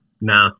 No